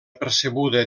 percebuda